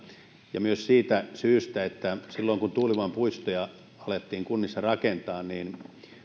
ja myös siitä syystä että silloin kun tuulivoimapuistoja alettiin kunnissa rakentaa